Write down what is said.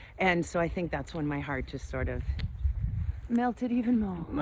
and so i think that's when my heart just sort of melted even more. aw.